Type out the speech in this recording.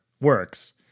works